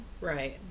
right